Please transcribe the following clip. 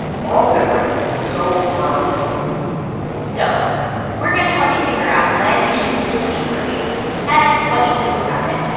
we're all different, and so are our toy feelings so we're going to help you figure out when you should really be worried and what you can do about it.